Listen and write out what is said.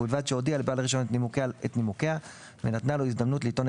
ובלבד שהודיעה לבעל הרישיון את נימוקיה ונתנה לו הזדמנות לטעון